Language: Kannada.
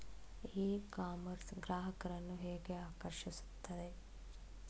ಇ ಕಾಮರ್ಸ್ ಗ್ರಾಹಕರನ್ನು ಹೇಗೆ ಆಕರ್ಷಿಸುತ್ತದೆ?